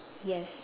yes